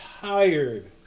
tired